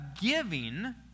giving